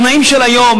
בתנאים של היום,